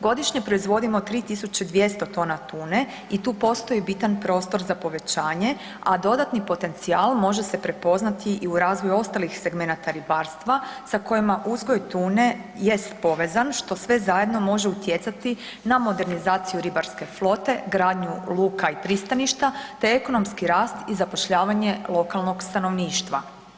Godišnje proizvodimo 3 tisuće 200 tona tune i tu postoji bitan prostor za povećanje, a dodatni potencijal može se prepoznati i u razvoju ostalih segmenata ribarstva sa kojima uzgoj tune jest povezan, što sve zajedno može utjecati na modernizaciju ribarske flote, gradnju luka i pristaništa te ekonomski rast i zapošljavanje lokalnog stanovništva.